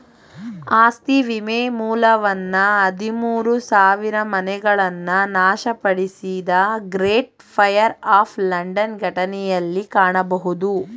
ಆಸ್ತಿ ವಿಮೆ ಮೂಲವನ್ನ ಹದಿಮೂರು ಸಾವಿರಮನೆಗಳನ್ನ ನಾಶಪಡಿಸಿದ ಗ್ರೇಟ್ ಫೈರ್ ಆಫ್ ಲಂಡನ್ ಘಟನೆಯಲ್ಲಿ ಕಾಣಬಹುದು